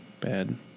bad